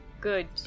Good